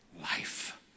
life